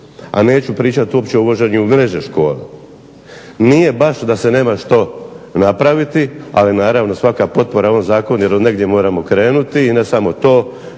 a neću pričati uopće o uvođenju mreže škole. Nije baš da se nema što napraviti, ali naravno svaka potpora ovom zakonu jer od negdje moramo krenuti i ne samo to